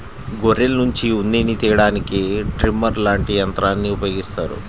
గొర్రెల్నుంచి ఉన్నిని తియ్యడానికి ట్రిమ్మర్ లాంటి యంత్రాల్ని ఉపయోగిత్తారు